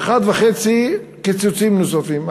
ו-1.5 קיצוצים נוספים,